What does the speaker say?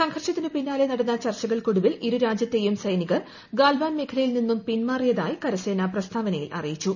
സംഘർഷത്തിനു പിന്നാലെ നടന്ന ചർച്ചകൾ ക്കൊടുവിൽ ഇരൂരാജൃത്തെയും സൈനികർ ഗാൽവാൻ മേഖലയിൽ നിന്നും പിൻമാറിയതായി കരസേന പ്രസ്താവനയിൽ അറിയിച്ചു